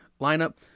lineup